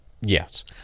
yes